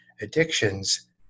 addictions